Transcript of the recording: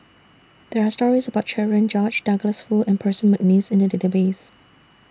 There Are stories about Cherian George Douglas Foo and Percy Mcneice in The Database